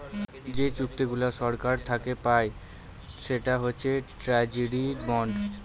যে চুক্তিগুলা সরকার থাকে পায় সেটা হচ্ছে ট্রেজারি বন্ড